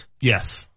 Yes